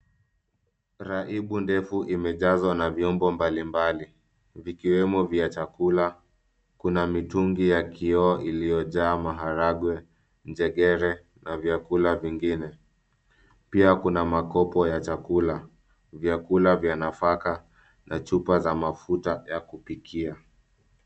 Raibu ndefu imejazwa na vyombo mbalimbali ikiwemo vya chakula, kuna mitungi ya kioo iliyojaa maharagwe, njegere na vyakula vingine. Pia kuna makopo ya chakula. Vyakula vya nafaka na chupa za mafuta ya kupikia.